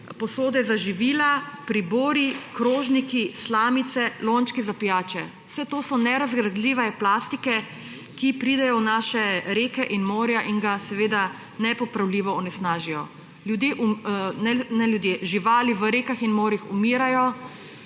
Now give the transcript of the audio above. posode za živila, pribori, krožniki, slamice, lončki za pijače. Vse to so nerazgradljive plastike, ki pridejo v naše reke in morja in ga seveda nepopravljivo onesnažijo. Živali v rekah in morjih umirajo,